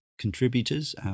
contributors